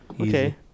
Okay